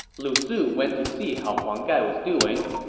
lu su went to see how huang gai was doing.